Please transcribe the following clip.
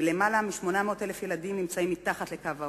ויותר מ-800,000 ילדים חיים מתחת לקו העוני.